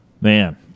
man